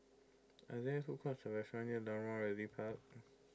are there food courts or near Lorong one Realty Park